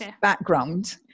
background